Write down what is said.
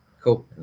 cool